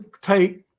tight